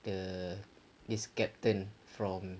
the this captain from